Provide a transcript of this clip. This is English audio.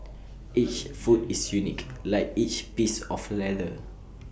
each foot is unique like each piece of leather